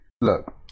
Look